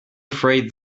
afraid